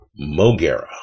Mogera